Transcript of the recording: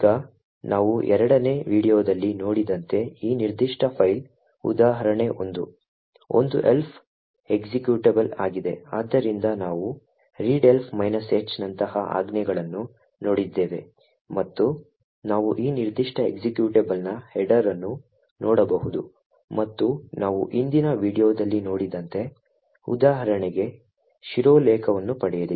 ಈಗ ನಾವು ಎರಡನೇ ವೀಡಿಯೊದಲ್ಲಿ ನೋಡಿದಂತೆ ಈ ನಿರ್ದಿಷ್ಟ ಫೈಲ್ ಉದಾಹರಣೆ 1 ಒಂದು elf ಎಕ್ಸಿಕ್ಯೂಟಬಲ್ ಆಗಿದೆ ಆದ್ದರಿಂದ ನಾವು readelf H ನಂತಹ ಆಜ್ಞೆಗಳನ್ನು ನೋಡಿದ್ದೇವೆ ಮತ್ತು ನಾವು ಈ ನಿರ್ದಿಷ್ಟ ಎಕ್ಸಿಕ್ಯೂಟಬಲ್ನ ಹೆಡರ್ ಅನ್ನು ನೋಡಬಹುದು ಮತ್ತು ನಾವು ಹಿಂದಿನ ವೀಡಿಯೋದಲ್ಲಿ ನೋಡಿದಂತೆ ಉದಾಹರಣೆಗೆ ಶಿರೋಲೇಖವನ್ನು ಪಡೆಯಿರಿ